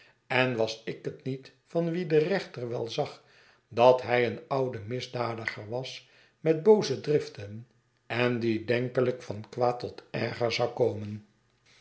en was ik het niet van wien de rechter wel zag dat hij een oude misdadiger was met booze driften en die denkelijk van kwaad tot erger zou komen